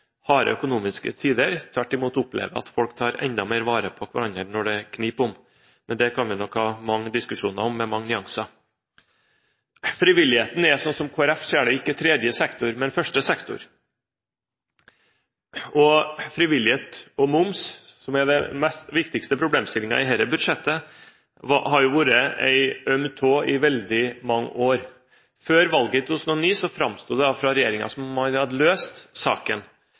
økonomiske tider, tvert imot opplever at folk tar enda mer vare på hverandre når det kniper, men det kan vi nok ha mange diskusjoner om, med mange nyanser. Frivilligheten er, sånn som Kristelig Folkeparti ser det, ikke den tredje sektor, men den første sektor. Frivillighet og moms, som er den viktigste problemstillingen i dette budsjettet, har vært en øm tå i veldig mange år. Før valget i 2009 framsto det fra regjeringen som om man hadde løst saken